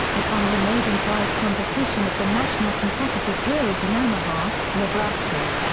it won the maiden prize competition of the national competitive drills in omaha, nebraska.